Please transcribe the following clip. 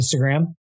Instagram